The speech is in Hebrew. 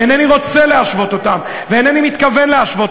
אינני רוצה להשוות אותן ואינני מתכוון להשוות